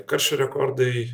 karščio rekordai